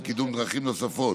לקידום דרכים נוספות